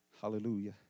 Hallelujah